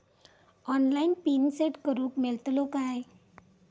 Online PIN set करूक मेलतलो काय?